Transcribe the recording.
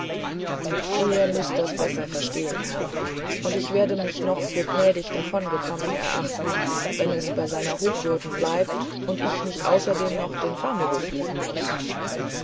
ihr müßt das besser verstehen herr und ich werde mich noch für gnädig davongekommen erachten wenn es bei seiner hochwürden bleibt und ich nicht außerdem noch den famulus lieben muß